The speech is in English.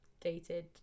dated